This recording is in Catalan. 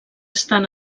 estan